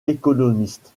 économiste